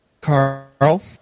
Carl